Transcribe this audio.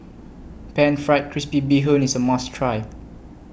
Pan Fried Crispy Bee Hoon IS A must Try